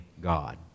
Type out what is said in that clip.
God